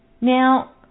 now